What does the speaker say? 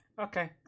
Okay